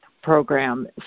program